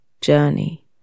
journey